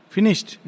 Finished